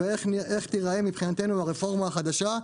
ואיך תיראה מבחינתנו הרפורמה החדשה,